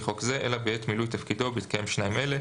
חוק זה אלא בעת מילוי תפקידו ובהתקיים שניים אלה: